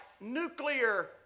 nuclear